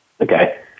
Okay